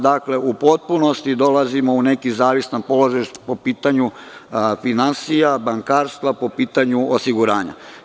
Dakle, u potpunosti dolazimo u neki zavistan položaj po pitanju finansija, bankarstva, po pitanju osiguranja.